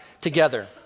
together